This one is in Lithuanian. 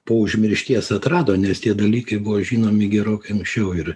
po užmiršties atrado nes tie dalykai buvo žinomi gerokai anksčiau ir